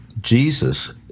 Jesus